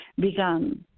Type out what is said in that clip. began